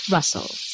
Russell